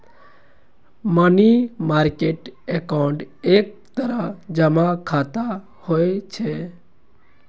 money market account एक तरह जमा खाता होइ छै